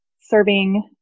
serving